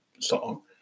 song